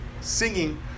singing